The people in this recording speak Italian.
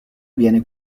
viene